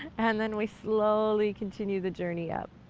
and then we slowly continue the journey up.